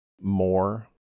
more